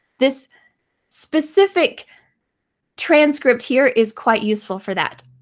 this specific transcript here is quite useful for that.